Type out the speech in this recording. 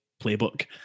playbook